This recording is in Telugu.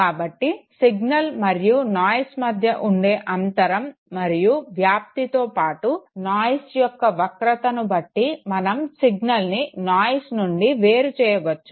కాబట్టి సిగ్నల్ మరియు నాయిస్ మధ్య ఉండే అంతరం మరియు వ్యాప్తితో పాటు నాయిస్ యొక్క వక్రతను బట్టి మనం సిగ్నల్ని నాయిస్ నుండి వేరు చేయవచ్చు